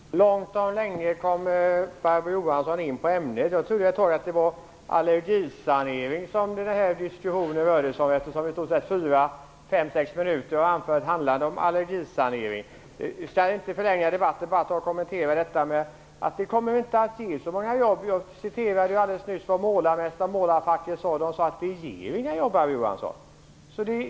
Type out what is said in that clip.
Fru talman! Långt om länge kom Barbro Johansson in på ämnet. Jag trodde ett tag att diskussionen gällde allergisanering, eftersom fyra, fem eller sex minuter av hennes anförande handlade om allergisanering. Jag skall nu inte förlänga debatten utan bara göra en kommentar. Det här kommer inte att ge så många jobb. Jag citerade nyss vad målarfacket sade. Man sade att det här inte leder till några jobb.